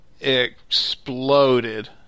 exploded